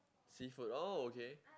seafood oh okay